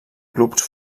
clubs